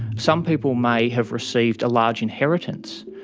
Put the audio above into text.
some people may have received a large inheritance.